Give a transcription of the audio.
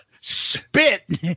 spit